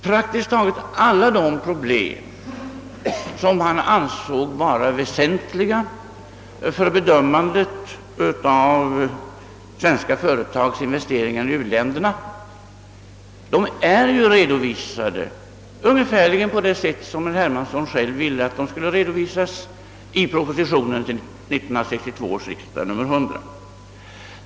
Praktiskt taget alla de problem, som herr Hermansson ansåg vara väsentliga för bedömandet av svenska företags investeringar i u-länderna, är ju i propositionen nr 100 till 1962 års riksdag redovisade ungefär så som herr Hermansson själv ville att de skulle redovisas.